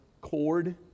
cord